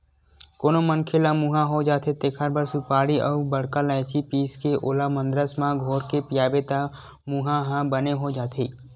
कोनो मनखे ल मुंहा हो जाथे तेखर बर सुपारी अउ बड़का लायची पीसके ओला मंदरस म घोरके पियाबे त मुंहा ह बने हो जाथे